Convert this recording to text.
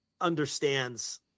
understands